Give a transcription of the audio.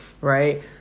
right